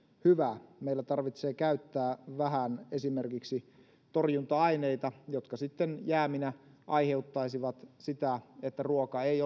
hyvä meillä tarvitsee käyttää vähän esimerkiksi torjunta aineita jotka sitten jääminä aiheuttaisivat sitä että ruoka ei